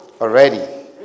already